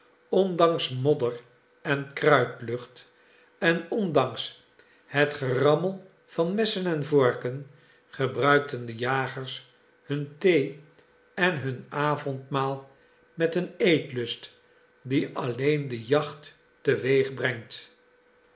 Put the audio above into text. ondanks modder en kruitlucht en ondanks het gerammel van messen en vorken gebruikten de jagers hun thee en hun avondmaal met een eetlust die alleen de jacht